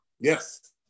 Yes